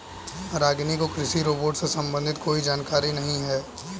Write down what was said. रागिनी को कृषि रोबोट से संबंधित कोई जानकारी नहीं है